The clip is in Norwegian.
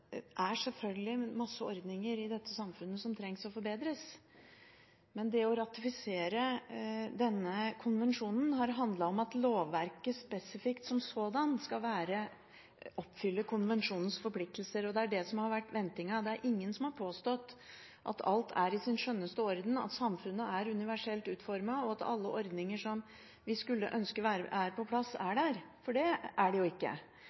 det selvfølgelig er mange ordninger i dette samfunnet som trenger å forbedres. Men det å ratifisere denne konvensjonen har handlet om at lovverket spesifikt som sådan skal oppfylle konvensjonens forpliktelser. Det er det som har vært forventningen. Det er ingen som har påstått at alt er i sin skjønneste orden, at samfunnet er universelt utformet, og at alle ordninger som vi skulle ønske er på plass, er der. For det er de ikke. Det